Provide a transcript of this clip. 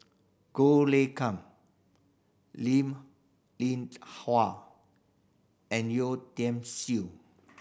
Goh Lay Come Linn Linn Hua and Yeo Tiam Siew